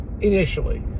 initially